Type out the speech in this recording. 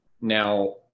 Now